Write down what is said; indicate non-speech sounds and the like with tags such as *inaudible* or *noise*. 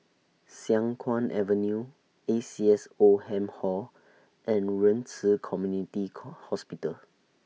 Siang Kuang Avenue A C S Oldham Hall and Ren Ci Community *unintelligible* Hospital